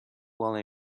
while